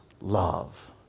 love